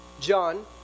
John